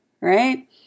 right